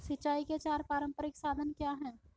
सिंचाई के चार पारंपरिक साधन क्या हैं?